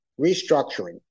restructuring